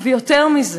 ויותר מזה,